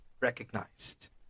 recognized